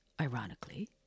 ironically